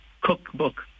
cookbook